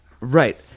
right